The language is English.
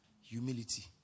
humility